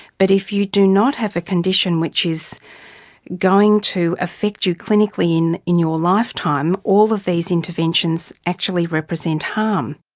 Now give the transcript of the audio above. but if you do not have a condition which is going to affect you clinically in in your lifetime, all of these interventions actually represent harm.